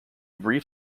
brief